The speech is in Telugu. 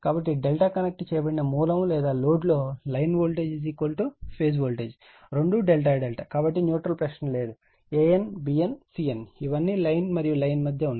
కాబట్టి ∆ కనెక్ట్ చేయబడిన మూలం లేదా లోడ్ లో లైన్ వోల్టేజ్ ఫేజ్ వోల్టేజ్ రెండూ ∆∆ కాబట్టి న్యూట్రల్ ప్రశ్న లేదు an bn cn ఇవన్నీ లైన్ మరియు లైన్ మధ్య ఉన్నాయి